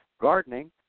gardening